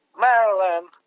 Maryland